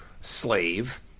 slave